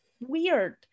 weird